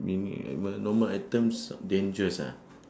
meaning in~ nor~ normal items dangerous ah